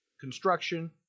construction